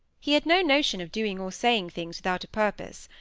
he had no notion of doing or saying things without a purpose.